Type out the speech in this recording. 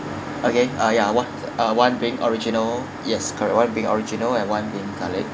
okay uh yeah one uh one being original yes correct one being original and one being garlic